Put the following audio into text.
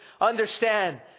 understand